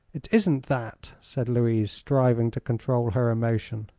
it isn't that, said louise, striving to control her emotion.